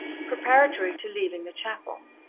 preparatory to leaving the chapel.